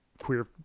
queer